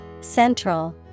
Central